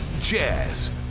Jazz